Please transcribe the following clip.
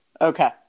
Okay